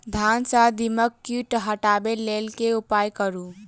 धान सँ दीमक कीट हटाबै लेल केँ उपाय करु?